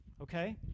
Okay